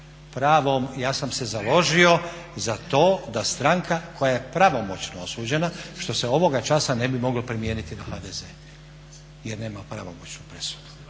ja sam se založio za to da stranka koja je pravomoćna osuđena što se ovoga časa ne bi moglo primijeniti na HDZ jer nema pravomoćnu presudu.